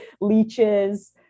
leeches